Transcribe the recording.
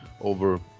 over